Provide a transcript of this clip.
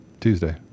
Tuesday